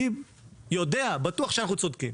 גם אני יודע ובטוח שאנחנו צודקים.